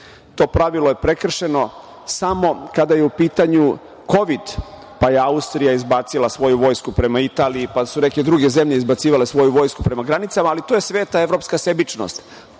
To pravilo je prekršeno samo kada je u pitanju kovid, pa je Austrija izbacila svoju vojsku prema Italiji, pa su neke druge zemlje izbacivale svoju vojsku prema granicama, ali to je sveta evropska sebičnost.